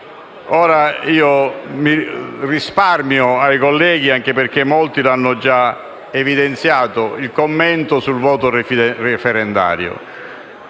Risparmio ai colleghi - anche perché molti l'hanno già evidenziato - il commento sul voto referendario.